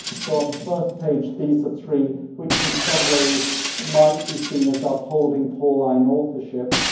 so on the first page, these are three which in some ways might be seen as ah upholding paulline authorship.